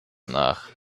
nach